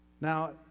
Now